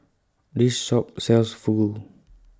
This Shop sells Fugu